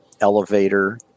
elevator